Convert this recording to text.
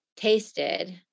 tasted